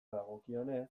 dagokionez